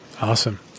Awesome